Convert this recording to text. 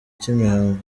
cy’imihango